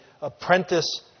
apprentice